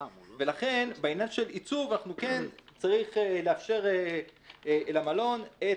לכן בעניין של עיצוב כן צריך לאפשר למלון את